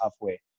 halfway